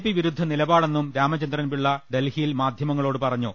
P വിരുദ്ധ നില പാടെന്നും രാമചന്ദ്രൻപിള്ള ഡൽഹിയിൽ മാധ്യമങ്ങളോട് പറഞ്ഞു